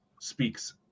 speaks